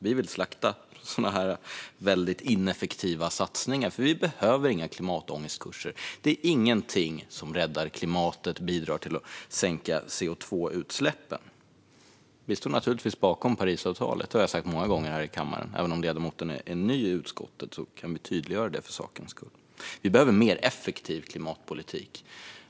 Vi vill slakta sådana ineffektiva satsningar, för vi behöver inga klimatångestkurser. Det är ingenting som räddar klimatet eller bidrar till att sänka CO2-utsläppen. Vi står naturligtvis bakom Parisavtalet. Det har jag sagt många gånger här i kammaren. Ledamoten är ny i utskottet, så jag kan tydliggöra det för sakens skull. Vi behöver en mer effektiv klimatpolitik.